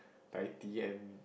Taiti and